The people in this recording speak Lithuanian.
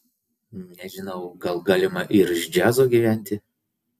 nežinau gal galima ir iš džiazo gyventi